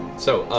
so